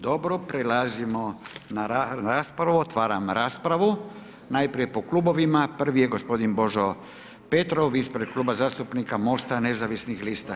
Dobro, prelazimo na raspravu, otvaram raspravu, najprije po klubovima, prvi je gospodin Božo Petrov ispred kluba zastupnika Mosta nezavisnih lista.